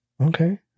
Okay